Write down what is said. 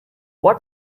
what